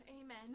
Amen